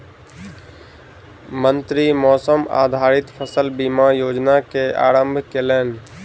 मंत्री मौसम आधारित फसल बीमा योजना के आरम्भ केलैन